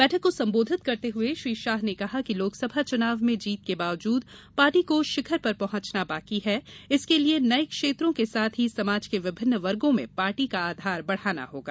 बैठक को संबोधित करते हुए श्री शाह ने कहा कि लोकसभा चुनाव में जीत के बावजूद पार्टी को शिखर पर पहुंचना बाकी है इसके लिए नये क्षेत्रों के साथ ही समाज के विभिन्न वर्गो में पार्टी का आधार बढ़ाना होगा